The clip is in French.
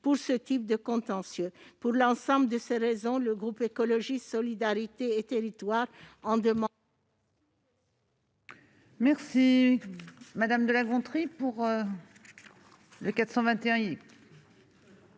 pour ce type de contentieux. Pour l'ensemble de ces raisons, le groupe Écologiste - Solidarité et Territoires demande